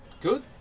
Good